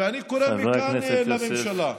ואני קורא מכאן לממשלה,